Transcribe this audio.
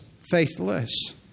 Faithless